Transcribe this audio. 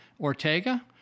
Ortega